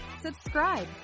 subscribe